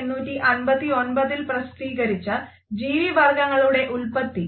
1859ൽ പ്രസിദ്ധീകരിച്ച ജീവിവർഗങ്ങളുടെ ഉല്പത്തി